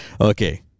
Okay